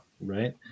right